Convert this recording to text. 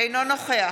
אינו נוכח